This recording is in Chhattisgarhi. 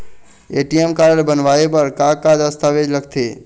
ए.टी.एम कारड बनवाए बर का का दस्तावेज लगथे?